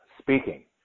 speaking